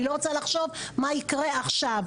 אני לא רוצה לחשוב מה יקרה עכשיו.